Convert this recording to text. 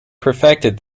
perfected